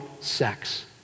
sex